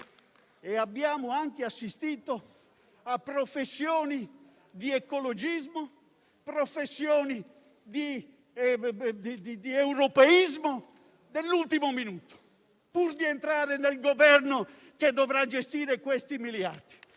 Abbiamo anche assistito a professioni di ecologismo e di europeismo dell'ultimo minuto pur di entrare nel Governo che dovrà gestire queste risorse.